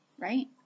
right